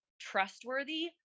trustworthy